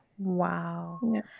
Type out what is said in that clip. Wow